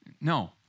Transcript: No